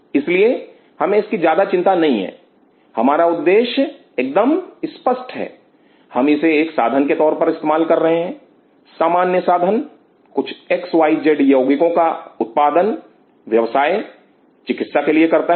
इसलिए हमें इसकी ज्यादा चिंता नहीं है हमारा उद्देश्य एकदम स्पष्ट है हम इसे एक साधन के तौर पर इस्तेमाल कर रहे हैं सामान्य साधन कुछ एक्स वाई जेड यौगिकों का उत्पादन व्यवसाय चिकित्सा के लिए करता है